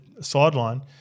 sideline